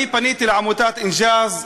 פניתי לעמותת "אינג'אז",